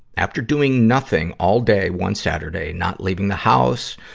after doing nothing all day one saturday not leaving the house,